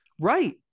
right